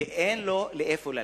ואין לו לאיפה ללכת.